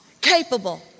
capable